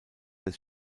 des